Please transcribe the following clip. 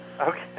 Okay